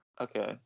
Okay